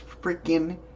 freaking